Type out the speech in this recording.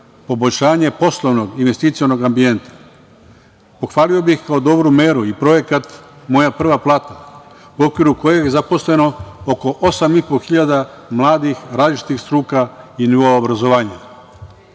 poboljšanje poslovnog investicionog ambijenta. Pohvalio bih, kao dobru meru i projekat „Moja prva plata“, u okviru koje je zaposleno oko 8.500 mladih, različitih struka i nivoa obrazovanja. Trenutna